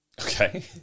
Okay